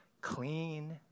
clean